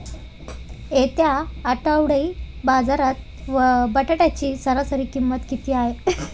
येत्या आठवडी बाजारात बटाट्याची सरासरी किंमत किती आहे?